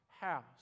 house